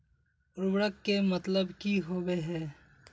उर्वरक के मतलब की होबे है?